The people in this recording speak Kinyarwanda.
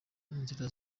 inzira